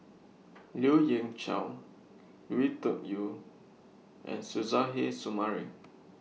Lien Ying Chow Lui Tuck Yew and Suzairhe Sumari